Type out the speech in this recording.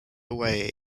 way